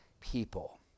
people